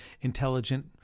Intelligent